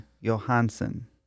Johansson